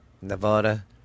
nevada